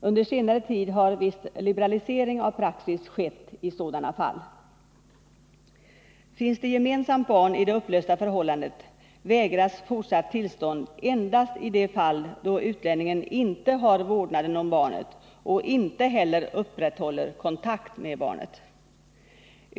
Under senare tid har viss liberalisering av praxis skett i dessa fall. Finns det gemensamt barn i det upplösta förhållandet vägras fortsatt tillstånd endast i de fall då utlänningen inte har vårdnaden om barnet och inte heller uppehåller kontakt med barnet.